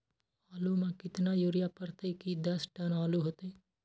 आलु म केतना यूरिया परतई की दस टन आलु होतई?